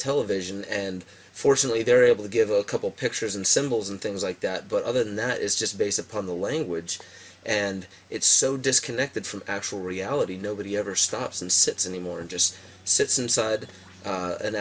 television and fortunately they're able to give a couple pictures and symbols and things like that but other than that it's just based upon the language and it's so disconnected from actual reality nobody ever stops and sits anymore and just sits inside